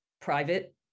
private